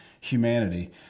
humanity